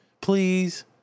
Please